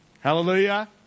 Hallelujah